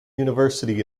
university